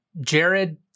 Jared